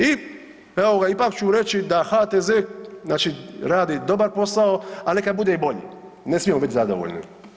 I, evo ga ipak ću reći da HTZ znači radi dobar posao, a neka bude i bolji, ne smijemo bit zadovoljni.